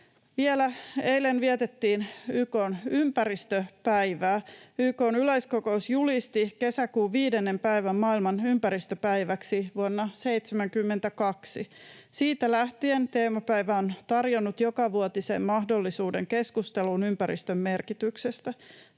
Vielä: Eilen vietettiin YK:n ympäristöpäivää. YK:n yleiskokous julisti kesäkuun viidennen päivän maailman ympäristöpäiväksi vuonna 72. Siitä lähtien teemapäivä on tarjonnut jokavuotisen mahdollisuuden keskusteluun ympäristön merkityksestä,